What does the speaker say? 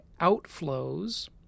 Outflows